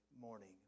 morning